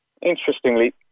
interestingly